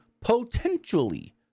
potentially